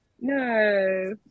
No